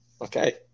Okay